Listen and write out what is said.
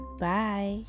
bye